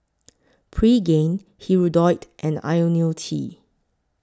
Pregain Hirudoid and Ionil T